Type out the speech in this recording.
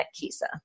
Kisa